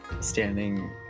standing